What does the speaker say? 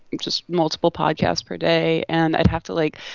just multiple podcasts per day. and i'd have to, like,